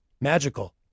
magical